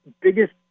biggest